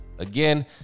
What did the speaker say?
Again